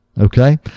okay